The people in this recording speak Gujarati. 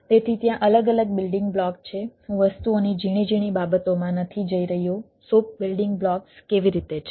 તેથી ત્યાં અલગ અલગ બિલ્ડીંગ બ્લોક છે હું વસ્તુઓની ઝીણી ઝીણી બાબતોમાં નથી જઈ રહ્યો SOAP બિલ્ડીંગ બ્લોક્સ કેવી રીતે છે